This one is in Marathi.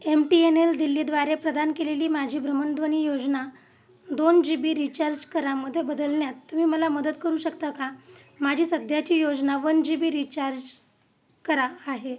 एम टी एन एल दिल्लीद्वारे प्रदान केलेली माझी भ्रमणध्वनी योजना दोन जि बि रीचार्ज करा मध्ये बदलण्यात तुम्ही मला मदत करू शकता का माझी सध्याची योजना वन जि बि रीचार्ज करा आहे